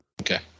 Okay